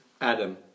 Adam